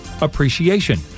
Appreciation